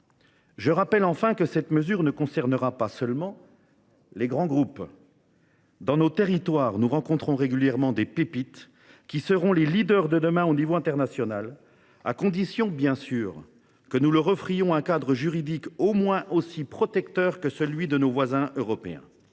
Je rappelle enfin que cette mesure ne concernera pas seulement les grands groupes. Dans nos territoires, nous rencontrons régulièrement les dirigeants de pépites qui seront les leaders internationaux de demain, à condition bien sûr que nous leur offrions un cadre juridique au moins aussi protecteur que celui de nos voisins européens